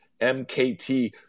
mkt